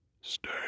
Stay